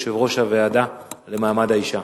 יושבת-ראש הוועדה למעמד האשה.